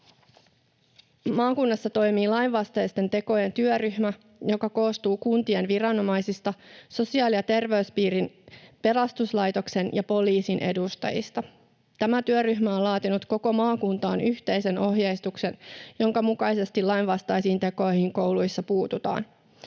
Maakunnassa toimii lainvastaisten tekojen työryhmä, joka koostuu kuntien viranomaisista, sosiaali- ja terveyspiirin, pelastuslaitoksen ja poliisin edustajista. Tämä työryhmä on laatinut koko maakuntaan yhteisen ohjeistuksen, jonka mukaisesti lainvastaisiin tekoihin kouluissa puututaan.